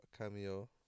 cameo